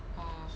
oh